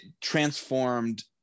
transformed